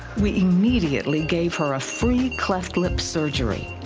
we immediately gave her a free cleft lip surgery.